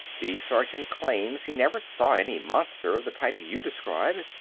the sergeant claims he never saw any monster of the type you describe,